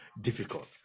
difficult